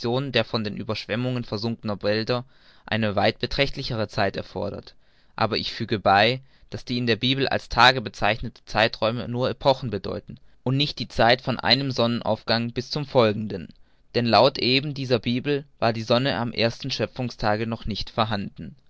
der von den ueberschwemmungen versunkenen wälder eine weit beträchtlichere zeit erfordert aber ich füge bei daß die in der bibel als tage bezeichneten zeiträume nur epochen bedeuten und nicht die zeit von einem sonnenaufgang bis zum folgenden denn laut eben dieser bibel war die sonne am ersten schöpfungstage noch nicht vorhanden